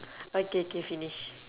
okay K finish